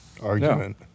argument